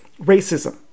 racism